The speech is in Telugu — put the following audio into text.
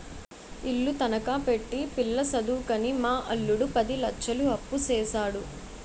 ఇల్లు తనఖా పెట్టి పిల్ల సదువుకని మా అల్లుడు పది లచ్చలు అప్పుసేసాడు